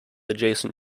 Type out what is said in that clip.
adjacent